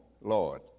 Lord